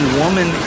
woman